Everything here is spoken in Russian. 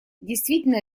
действительно